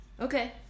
okay